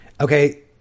Okay